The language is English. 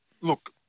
Look